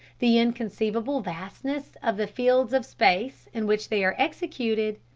the inconceivable vastness of the fields of space in which they are executed,